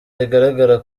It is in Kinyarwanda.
rigaragara